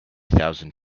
thousand